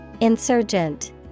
Insurgent